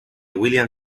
william